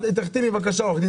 תחתימי עורך דין.